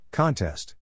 Contest